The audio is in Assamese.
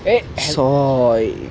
এ ছয়